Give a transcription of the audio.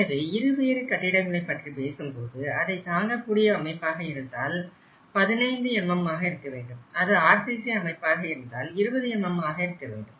எனவே இருவேறு கட்டிடங்களை பற்றி பேசும் போது அதைத் தாங்கக் கூடிய அமைப்பாக இருந்தால் 15mm ஆக இருக்க வேண்டும் அது RCC அமைப்பாக இருந்தால் 20mm ஆக இருக்க வேண்டும்